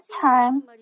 time